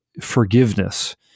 forgiveness